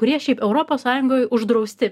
kurie šiaip europos sąjungoj uždrausti